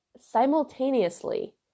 simultaneously